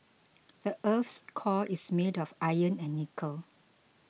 the earth's core is made of iron and nickel